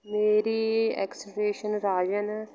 ਮੇਰੇ ਰਾਜਨ